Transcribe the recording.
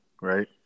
right